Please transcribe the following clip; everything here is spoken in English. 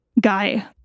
guy